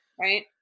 Right